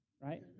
right